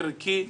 ערכי,